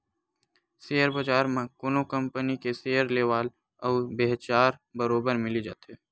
share बजार म कोनो कंपनी के सेयर लेवाल अउ बेचहार बरोबर मिली जाथे